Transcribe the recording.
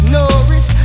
Norris